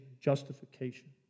justification